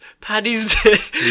Paddy's